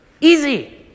Easy